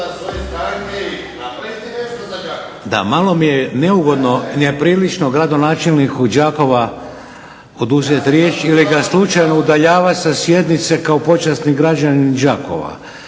Da, malo mi je neugodno i neprilično gradonačelniku Đakova oduzet riječ ili ga slučajno udaljavati sa sjednice kao počasni građanin Đakova